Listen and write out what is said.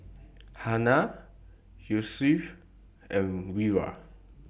Hana Yusuf and Wira